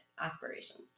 aspirations